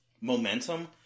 momentum